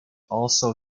also